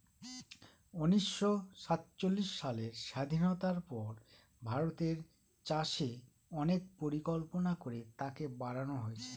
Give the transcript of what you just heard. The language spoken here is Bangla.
উনিশশো সাতচল্লিশ সালের স্বাধীনতার পর ভারতের চাষে অনেক পরিকল্পনা করে তাকে বাড়নো হয়েছে